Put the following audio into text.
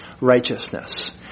righteousness